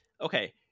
okay